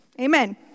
Amen